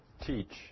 teach